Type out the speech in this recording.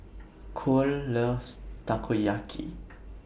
Kole loves Takoyaki